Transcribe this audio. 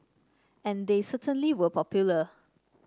and they certainly were popular